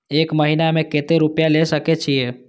एक महीना में केते रूपया ले सके छिए?